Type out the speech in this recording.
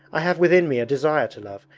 i have within me a desire to love,